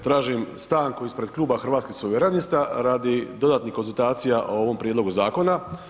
Tražim stanku ispred Kluba Hrvatskih suverenista radi dodatnih konzultacija o ovom prijedlogu zakona.